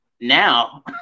now